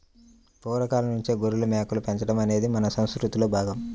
పూర్వ కాలంనుంచే గొర్రెలు, మేకలు పెంచడం అనేది మన సంసృతిలో భాగం